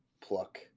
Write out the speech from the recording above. pluck